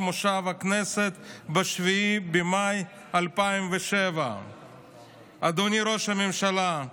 מושב הכנסת ב-7 במאי 2007. אדוני ראש הממשלה,